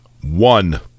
One